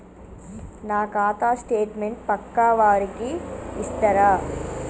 నా ఖాతా స్టేట్మెంట్ పక్కా వారికి ఇస్తరా?